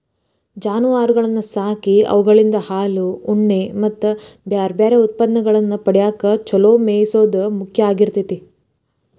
ಜಾನುವಾರಗಳನ್ನ ಸಾಕಿ ಅವುಗಳಿಂದ ಹಾಲು, ಉಣ್ಣೆ ಮತ್ತ್ ಬ್ಯಾರ್ಬ್ಯಾರೇ ಉತ್ಪನ್ನಗಳನ್ನ ಪಡ್ಯಾಕ ಚೊಲೋ ಮೇಯಿಸೋದು ಮುಖ್ಯ ಆಗಿರ್ತೇತಿ